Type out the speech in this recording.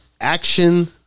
action